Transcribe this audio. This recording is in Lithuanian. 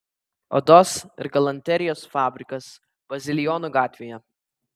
odos ir galanterijos fabrikas bazilijonų gatvėje